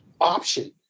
option